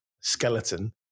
skeleton